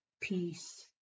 peace